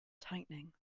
tightening